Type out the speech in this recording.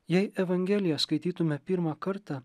jei evangeliją skaitytume pirmą kartą